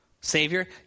Savior